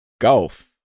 Golf